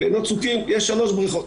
בעינות צוקים יש שלוש בריכות.